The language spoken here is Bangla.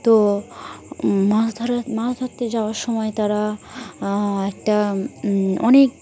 তো মাছ ধরা মাছ ধরতে যাওয়ার সময় তারা একটা অনেক